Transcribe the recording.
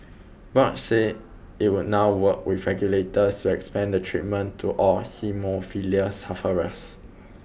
Roche said it would now work with regulators to expand the treatment to all haemophilia sufferers